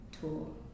tool